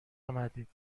آمدید